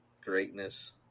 greatness